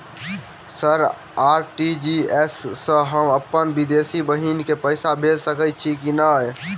Sir RTGS सँ हम अप्पन विदेशी बहिन केँ पैसा भेजि सकै छियै की नै?